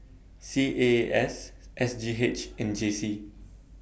C A A S S G H and J C